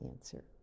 answer